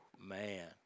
Man